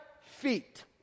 feet